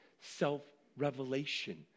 self-revelation